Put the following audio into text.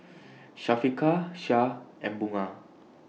Syafiqah Shah and Bunga